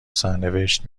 سرنوشت